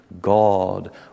God